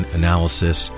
analysis